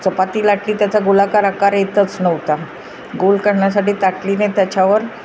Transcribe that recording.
चपाती लाटली त्याचा गोलाकार आकार येतच नव्हता गोल करण्यासाठी ताटलीने त्याच्यावर